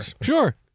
Sure